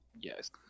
Yes